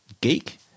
Geek